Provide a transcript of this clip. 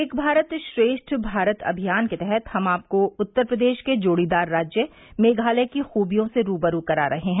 एक भारत श्रेष्ठ भारत अभियान के तहत हम आपको उत्तर प्रदेश के जोड़ीदार राज्य मेघालय की खूबियों से रूबरू करा रहे हैं